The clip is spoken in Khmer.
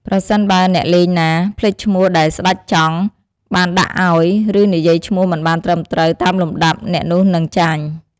ប្រសិនបើអ្នកលេងណា ភ្លេចឈ្មោះដែលស្តេចចង់ បានដាក់អោយ ឬនិយាយឈ្មោះមិនបានត្រឹមត្រូវតាមលំដាប់ អ្នកនោះនឹងចាញ់។